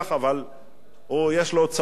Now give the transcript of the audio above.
יש לו הוצאות יותר מהרווח,